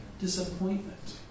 disappointment